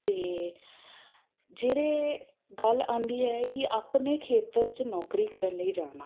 ਅਤੇ ਜਿਹੜੇ ਗੱਲ ਆਉਂਦੀ ਹੈ ਕਿ ਆਪਣੇ ਖੇਤਰ 'ਚ ਨੌਕਰੀ ਕਰਨ ਲਈ ਜਾਣਾ